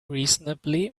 reasonably